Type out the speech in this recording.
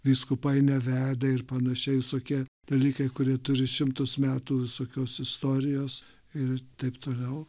vyskupai nevedę ir panašiai visokie dalykai kurie turi šimtus metų visokios istorijos ir taip toliau